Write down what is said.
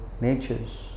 natures